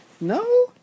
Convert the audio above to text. No